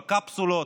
בקפסולות,